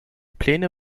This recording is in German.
pläne